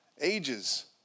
ages